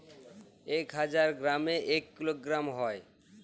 এক হাজার গ্রামে এক কিলোগ্রাম হয়